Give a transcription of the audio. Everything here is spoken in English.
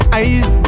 eyes